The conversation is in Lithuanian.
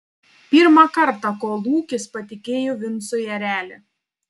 pirmą kartą kolūkis patikėjo vincui erelį